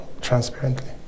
transparently